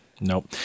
Nope